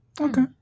Okay